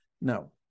no